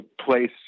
place